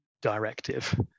directive